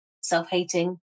self-hating